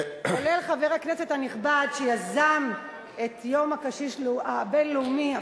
כולל חבר הכנסת הנכבד שיזם את יום הקשיש הבין-לאומי.